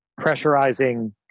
pressurizing